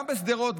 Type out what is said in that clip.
גם בשדרות,